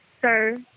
sir